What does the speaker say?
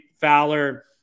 Fowler